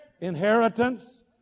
inheritance